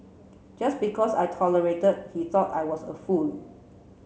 just because I tolerated he thought I was a fool